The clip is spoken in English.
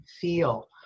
feel